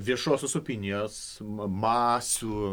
viešosios opinijos masių